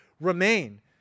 remain